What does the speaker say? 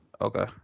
Okay